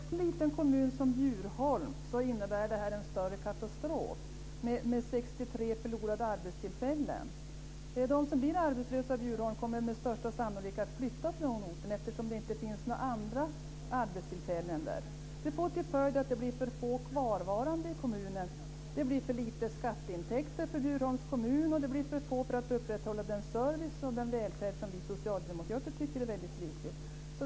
Fru talman! För en liten kommun som Bjurholm innebär det en större katastrof med 63 förlorade arbetstillfällen. De som blir arbetslösa i Bjurholm kommer med största sannolikhet att flytta från orten eftersom det inte finns några andra arbetstillfällen där. Det får till följd att det blir för få kvarvarande i kommunen och att det blir för lite skatteintäkter för Bjurholms kommun. Det blir för få för att upprätthålla den service och den välfärd vi socialdemokrater tycker är viktig.